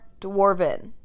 dwarven